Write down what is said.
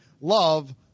Love